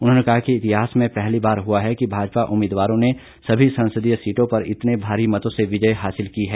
उन्होंने कहा कि इतिहास में पहली बार हुआ है कि भाजपा उम्मीदवारों ने सभी संसदीय सीटों पर इतने भारी मतों से विजय हासिल की है